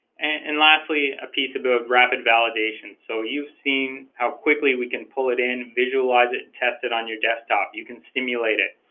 and lastly a piece of of rapid validation so you've seen how quickly we can pull it in visualize it test it on your desktop you can stimulate it